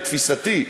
לתפיסתי,